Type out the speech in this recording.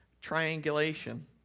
triangulation